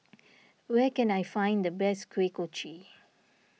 where can I find the best Kuih Kochi